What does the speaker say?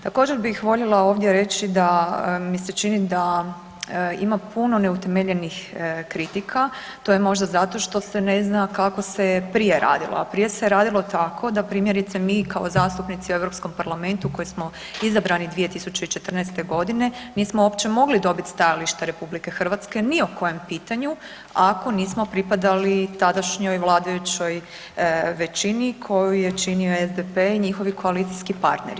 Također bih voljela ovdje reći da mi se čini da ima puno neutemeljenih kritika, to je možda zato što se ne zna kako se prije radilo, a prije se radilo tako da primjerice, mi kao zastupnici u EU parlamentu koji smo izabrani 2014. g. nismo uopće mogli dobiti stajališta RH ni o kojem pitanju ako nismo pripadali tadašnjoj vladajućoj većini koju je činio SDP i njihovi koalicijski partneri.